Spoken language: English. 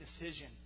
decision